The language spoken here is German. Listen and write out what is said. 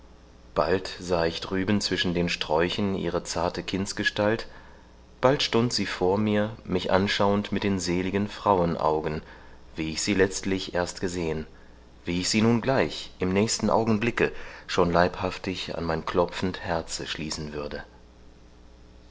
bald sahe ich drüben zwischen den sträuchern ihre zarte kindsgestalt bald stund sie vor mir mich anschauend mit den seligen frauenaugen wie ich sie letzlich erst gesehen wie ich sie nun gleich im nächsten augenblicke schon leibhaftig an mein klopfend herze schließen würde